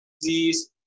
disease